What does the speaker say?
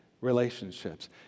relationships